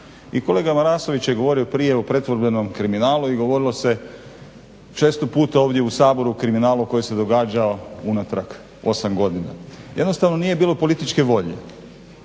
kolega Marasović je govorio prije o pretvorbenom kriminalu i govorilo se često puta ovdje u Saboru o kriminalu koji se događao unatrag 8 godina. Jednostavno nije bilo političke volje.